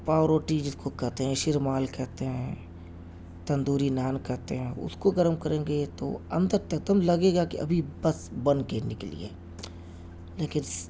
پاؤ روٹی جس کو کہتے ہیں شیرمال کہتے ہیں تندوری نان کہتے ہیں اس کو گرم کریں گے تو اندر تک ایک دم لگے گا کہ ابھی بس بن کے نکلی ہے لیکن